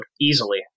easily